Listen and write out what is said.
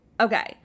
Okay